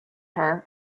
her